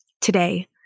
Today